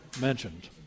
mentioned